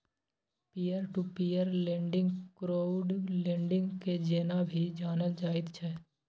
peer to peer lending crowd lending के जेना भी जानल जाइत छै